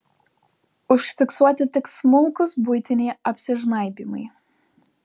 užfiksuoti tik smulkūs buitiniai apsižnaibymai